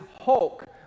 hulk